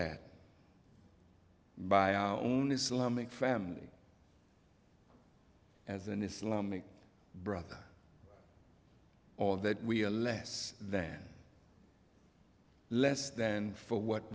at by our own islamic family as an islamic brother or that we are less than less than for what